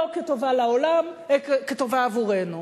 לא כטובה לעולם, כטובה עבורנו.